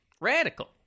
radical